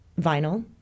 vinyl